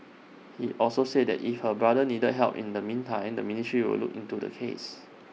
he also said that if her brother needed help in the meantime the ministry would look into the case